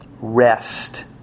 Rest